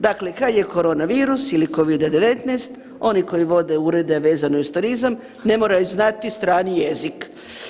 Dakle, kad je korona virus ili Covida-10 oni koji vode urede vezano i uz turizam ne moraju znati strani jezik.